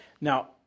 Now